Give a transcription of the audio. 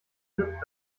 glück